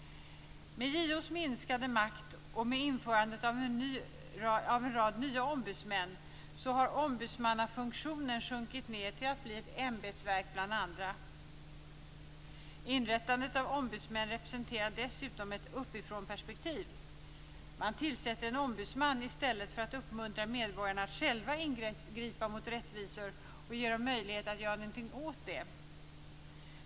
Med JO:s minskade makt och med införandet av en rad nya ombudsmän har ombudsmannafunktionen sjunkit ned till att bli ett ämbetsverk bland andra. Inrättandet av ombudsmän representerar dessutom ett uppifrånperspektiv. Man tillsätter en ombudsman i stället för att uppmuntra medborgarna att själva ingripa mot orättvisor och ge dem möjligheter att göra något åt dem.